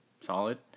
Solid